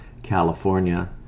California